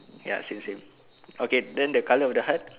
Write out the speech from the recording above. ya same same okay then the colour of the heart